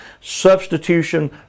substitution